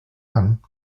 one